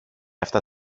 αυτά